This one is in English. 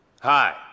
Hi